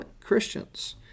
Christians